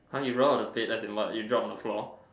!huh! you roll out of the bed as in what you drop on the floor